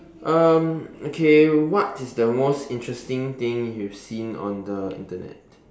um okay what is the most interesting thing you've seen on the Internet